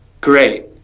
great